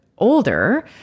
older